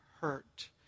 hurt